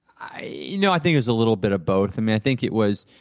i you know i think it is a little bit of both. and i think it was.